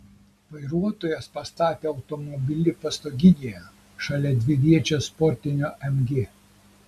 vairuotojas pastatė automobilį pastoginėje šalia dviviečio sportinio mg